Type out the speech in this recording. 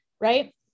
Right